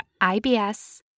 IBS